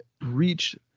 reach